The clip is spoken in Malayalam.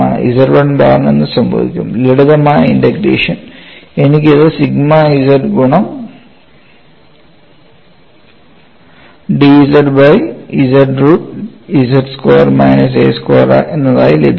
Z1 ബാറിന് എന്ത് സംഭവിക്കും ലളിതമായ ഇന്റഗ്രേഷൻ എനിക്ക് ഇത് സിഗ്മ z ഗുണം d z by z root z square minus a square എന്നതായി ലഭിക്കും